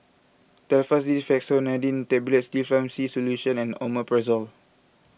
Telfast D Fexofenadine Tablets Difflam C Solution and Omeprazole